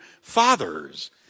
fathers